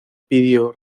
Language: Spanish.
pidió